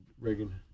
reagan